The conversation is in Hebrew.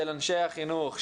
של אנשי החינוך,